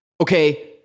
okay